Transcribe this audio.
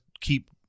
keep